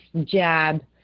jab